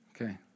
Okay